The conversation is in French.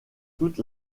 toute